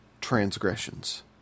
transgressions